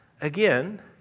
Again